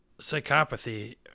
psychopathy